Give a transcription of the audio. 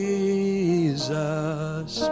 Jesus